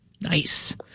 Nice